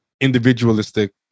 individualistic